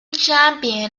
champion